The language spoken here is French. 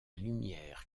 lumière